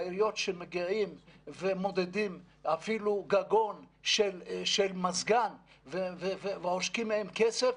העיריות שמגיעות ומודדות אפילו גגון של מזגן ועושקים מהם כסף.